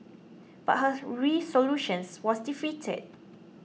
but her resolutions was defeated